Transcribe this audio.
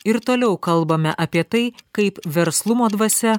ir toliau kalbame apie tai kaip verslumo dvasia